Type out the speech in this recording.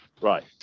Right